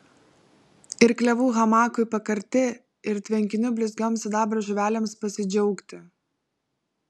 ir klevų hamakui pakarti ir tvenkinių blizgioms sidabro žuvelėms pasidžiaugti